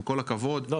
עם כל הכבוד --- לא,